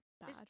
Bad